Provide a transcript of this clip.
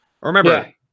Remember